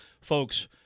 folks